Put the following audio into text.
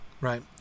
right